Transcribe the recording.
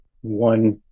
one